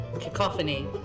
cacophony